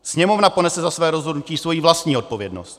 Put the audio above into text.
Sněmovna ponese za svoje rozhodnutí svoji vlastní odpovědnost.